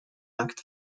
act